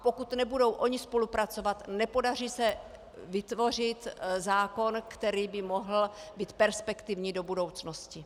Pokud nebudou ona spolupracovat, nepodaří se vytvořit zákon, který by mohl být perspektivní do budoucnosti.